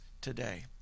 today